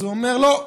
אז הוא אומר: לא.